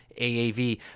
AAV